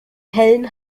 hellen